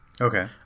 Okay